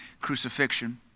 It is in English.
crucifixion